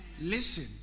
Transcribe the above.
Listen